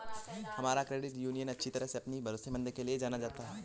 हमारा credit union अच्छी तरह से अपनी भरोसेमंदता के लिए जाना जाता है